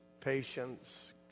patience